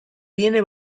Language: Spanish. viene